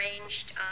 arranged